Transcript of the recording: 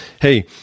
hey